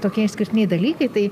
tokie išskirtiniai dalykai tai